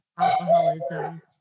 alcoholism